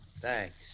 Thanks